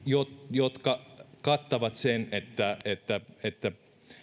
jotka kattavat sen että että